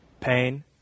Pain